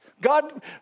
God